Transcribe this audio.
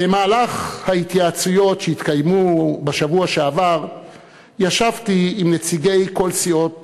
במהלך ההתייעצויות שהתקיימו בשבוע שעבר ישבתי עם נציגי כל סיעות